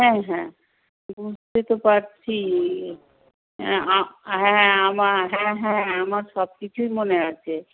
হ্যাঁ হ্যাঁ বুঝতে তো পারছি হ্যাঁ হ্যাঁ আমার হ্যাঁ হ্যাঁ আমার সব কিছুই মনে আছে